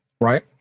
right